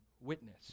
witness